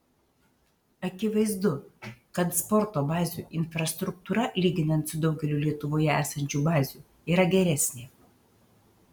akivaizdu kad sporto bazių infrastruktūra lyginant su daugeliu lietuvoje esančių bazių yra geresnė